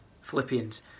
philippians